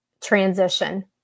transition